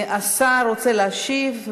השר רוצה להשיב.